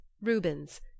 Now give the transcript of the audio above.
Rubens